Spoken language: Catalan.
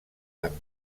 amb